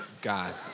God